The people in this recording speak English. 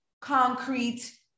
concrete